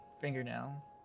Fingernail